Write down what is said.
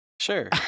Sure